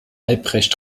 albrecht